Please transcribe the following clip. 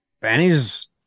Benny's